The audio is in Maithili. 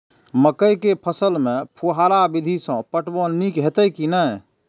मकई के फसल में फुहारा विधि स पटवन नीक हेतै की नै?